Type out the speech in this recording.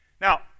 Now